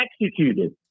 executed